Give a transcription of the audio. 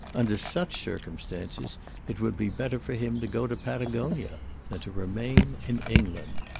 under such circumstances it would be better for him to go to patagonia than to remain in england.